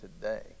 today